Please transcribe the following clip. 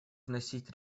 вносить